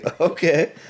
okay